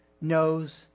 knows